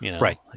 Right